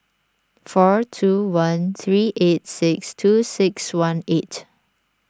four two one three eight six two six one eight